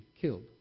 killed